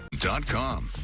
dot com.